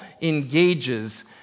engages